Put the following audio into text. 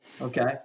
Okay